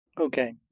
Okay